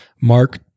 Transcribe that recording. Mark